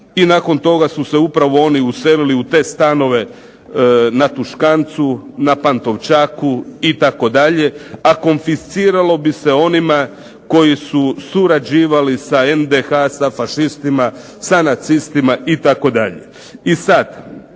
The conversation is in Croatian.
i nakon toga su se upravo oni uselili u te stanove na Tuškancu, na Pantovčaku itd., a konfisciralo bi se onima koji su surađivali sa NDH, sa fašistima, sa nacistima itd. I sad